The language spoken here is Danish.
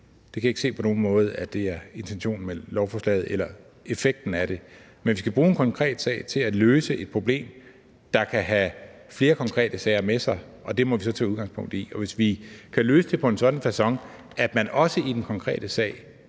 Det kan jeg ikke se på nogen måde er intentionen med forslaget eller effekten af det, men vi skal bruge en konkret sag til at løse et problem, der kan have flere konkrete sager med sig, og det må vi så tage udgangspunkt i. Og hvis vi kan løse det på en sådan facon, at man også i den konkrete sag